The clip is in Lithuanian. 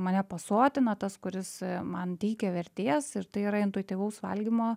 mane pasotina tas kuris man teikia vertės ir tai yra intuityvaus valgymo